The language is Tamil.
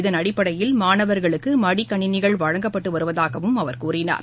இதன் அடிப்படையில் மாணவர்களுக்கு மடிக்கணினிகள் வழங்கப்பட்டு வருவதாகவும் அவர் கூறினார்